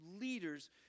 leaders